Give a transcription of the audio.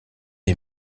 est